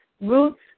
roots